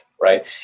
right